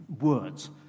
Words